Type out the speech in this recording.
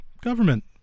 government